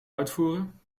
uitvoeren